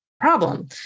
problem